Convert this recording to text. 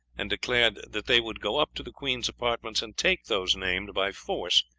and declared that they would go up to the queen's apartments and take those named by force,